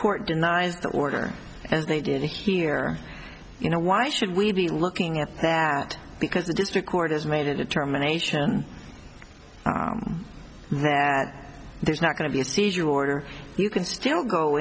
court denies the order as they did here you know why should we be looking at that because the district court has made a determination that there's not going to be a seizure order you can still go